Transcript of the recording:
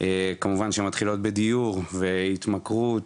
כמובן שמתחילות בדיור והתמכרות,